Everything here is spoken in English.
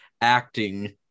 acting